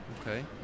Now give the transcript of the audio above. okay